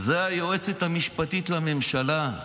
זו היועצת המשפטית לממשלה.